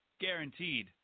Guaranteed